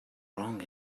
wrong